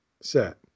set